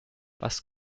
was